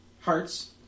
hearts